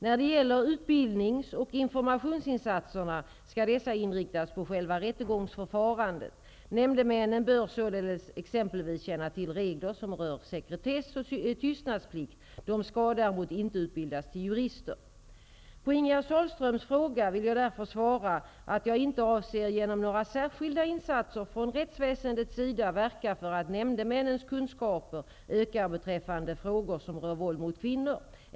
När det gäller utbildnings och informationsinsatserna skall dessa inriktas på själva rättegångsförfarandet. Nämndemännen bör således exempelvis känna till regler som rör sekretess och tystnadsplikt. De skall däremot inte ''utbildas'' till jurister. På Ingegerd Sahlströms fråga vill jag därför svara att jag inte avser att genom några särskilda insatser från rättsväsendets sida verka för att nämndemännens kunskaper ökar beträffande frågor som rör våld mot kvinnor.